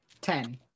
Ten